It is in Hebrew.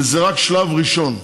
וזה רק שלב ראשון,